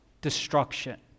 destruction